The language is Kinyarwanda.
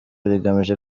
rigamije